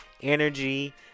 energy